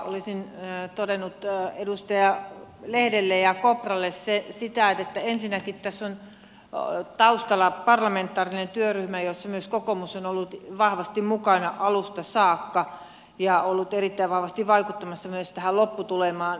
olisin todennut edustaja lehdelle ja edustaja kopralle että ensinnäkin tässä on taustalla parlamentaarinen työryhmä jossa myös kokoomus on ollut vahvasti mukana alusta saakka ja ollut erittäin vahvasti vaikuttamassa myös tähän lopputulemaan